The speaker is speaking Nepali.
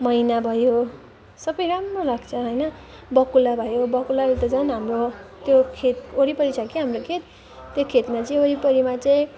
मैना भयो सबै राम्रो लाग्छ होइन बकुला भयो बकुलाले त झन् हाम्रो त्यो खेत वरिपरि छ कि हाम्रो खेत त्यो खेतमा चाहिँ वरिपरिमा चाहिँ